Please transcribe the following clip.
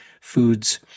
foods